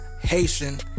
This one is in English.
Haitian